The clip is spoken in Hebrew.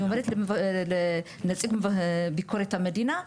אני עובדת עם נציג ביקורת המדינה,